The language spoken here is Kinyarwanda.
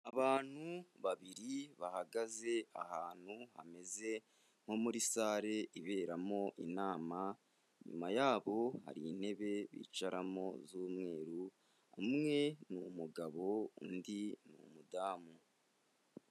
Abantu babiri bahagaze ahantu hameze nko muri sale iberamo inama, inyuma yabo hari intebe bicaramo z'umweru, umwe ni umugabo undi ni umudamu.